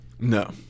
No